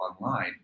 online